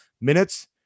minutes